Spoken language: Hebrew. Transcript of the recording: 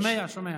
שומע, שומע.